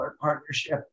partnership